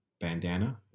bandana